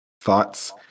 thoughts